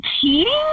cheating